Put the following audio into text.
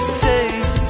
safe